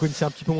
but chapter